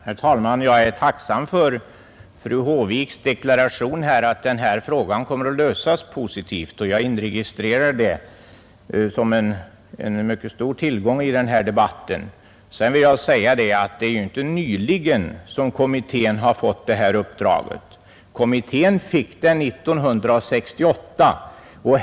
Herr talman! Jag är tacksam för fru Håviks deklaration att denna fråga kommer att lösas positivt, och jag inregistrerar det som en mycket god tillgång i denna debatt. Sedan vill jag säga att det inte är nyligen som kommittén fått detta uppdrag; kommittén fick det 1968.